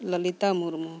Lalita Murmu